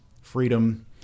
freedom